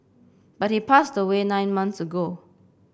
but he passed away nine months ago